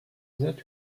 that